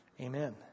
Amen